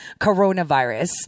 coronavirus